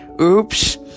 Oops